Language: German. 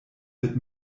wird